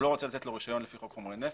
לא רוצה לתת לו רישיון לפי חוק חומרי נפץ,